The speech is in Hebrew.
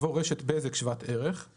יבוא "רשת בזק שוות ערך";